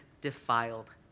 defiled